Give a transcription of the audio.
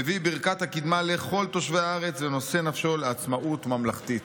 מביא ברכת הקדמה לכל תושבי הארץ ונושא נפשו לעצמאות ממלכתית.